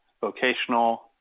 vocational